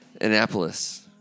Annapolis